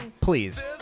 please